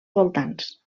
voltants